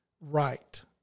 right